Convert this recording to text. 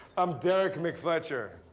i'm derrick mcfletcher,